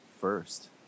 first